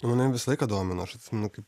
nu mane visą laiką domino aš atsimenu kai